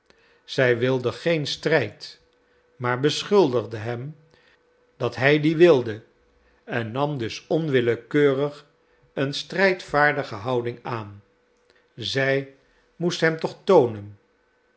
zij wilde geen strijd maar beschuldigde hem dat hij dien wilde en nam dus onwillekeurig een strijdvaardige houding aan zij moest hem toch toonen